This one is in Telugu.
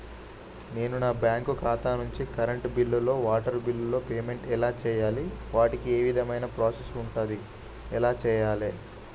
నేను నా బ్యాంకు ఖాతా నుంచి కరెంట్ బిల్లో వాటర్ బిల్లో పేమెంట్ ఎలా చేయాలి? వాటికి ఏ విధమైన ప్రాసెస్ ఉంటది? ఎలా చేయాలే?